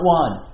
one